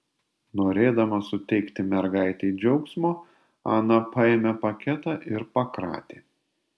norėdama suteikti mergaitei džiaugsmo ana paėmė paketą ir pakratė